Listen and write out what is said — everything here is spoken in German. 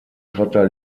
schotter